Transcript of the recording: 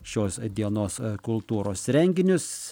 šios dienos kultūros renginius